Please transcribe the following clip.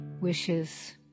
wishes